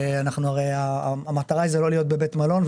הרי המטרה היא לא להיות בבית מלון,